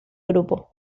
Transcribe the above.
grupo